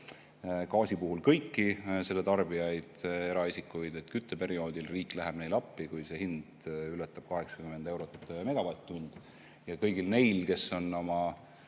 gaasi puhul kõiki selle tarbijaid, eraisikuid. Kütteperioodil riik läheb neile appi, kui hind ületab 80 eurot megavatt-tunni eest. Ja kõigil neil, kes on oma